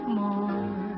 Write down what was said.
more